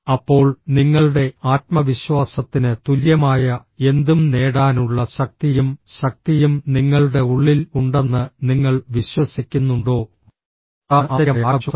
അപ്പോൾ നിങ്ങളുടെ ആത്മവിശ്വാസത്തിന് തുല്യമായ എന്തും നേടാനുള്ള ശക്തിയും ശക്തിയും നിങ്ങളുടെ ഉള്ളിൽ ഉണ്ടെന്ന് നിങ്ങൾ വിശ്വസിക്കുന്നുണ്ടോ അതാണ് ആന്തരികമായ ആത്മവിശ്വാസം